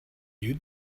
you